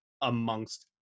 amongst